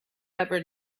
ever